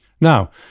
Now